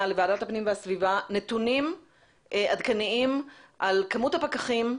הפנים והגנת הסביבה נתונים עדכניים על כמות הפקחים,